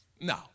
No